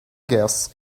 guess